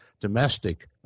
domestic